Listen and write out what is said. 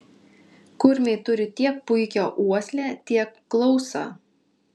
kurmiai turi tiek puikią uoslę tiek klausą